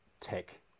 tech